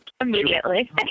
Immediately